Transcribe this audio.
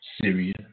Syria